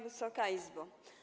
Wysoka Izbo!